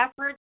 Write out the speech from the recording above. efforts